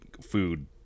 food